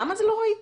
למה לא ראיתם?